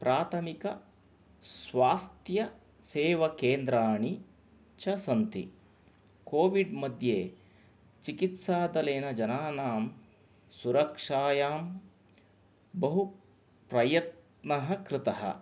प्राथमिकस्वास्थ्यसेवकेन्द्राणि च सन्ति कोविड् मध्ये चिकित्सातलेन जनानां सुरक्षायां बहु प्रयत्नः कृतः